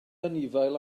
anifail